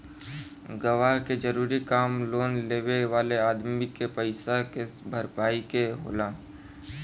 गवाह के जरूरी काम लोन लेवे वाले अदमी के पईसा के भरपाई के होला